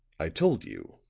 i told you,